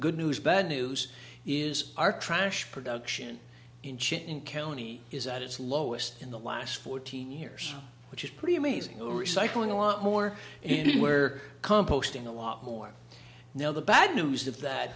good news bad news is our trash production in chip in county is at its lowest in the last fourteen years which is pretty amazing over recycling a lot more anywhere composting a lot more now the bad news of that